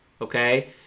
okay